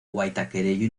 waitakere